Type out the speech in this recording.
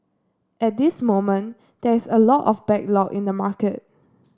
at this moment there is a lot of backlog in the market